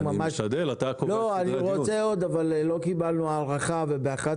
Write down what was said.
אני רוצה עוד אבל לא קיבלנו הארכה ובשעה